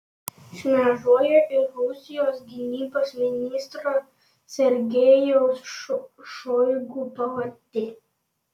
šmėžuoja ir rusijos gynybos ministro sergejaus šoigu pavardė